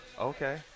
Okay